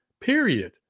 period